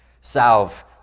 salve